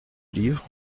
livre